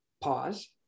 pause